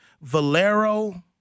Valero